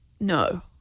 no